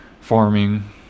farming